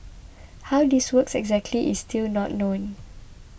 how this works exactly is still not known